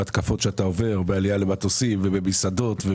התקפות שאתה עובר בעלייה למטוסים ובמסעדות.